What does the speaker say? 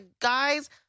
guys